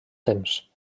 temps